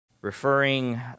referring